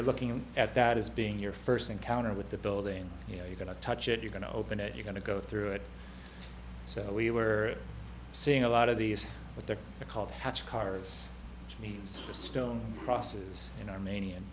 we're looking at that is being your first encounter with the building you know you're going to touch it you're going to open it you're going to go through it so we were seeing a lot of these what they're called hatch cars which means stone crosses in armenia